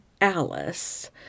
Alice